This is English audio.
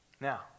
Now